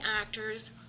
actors